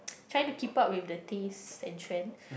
trying to keep up with the taste and trend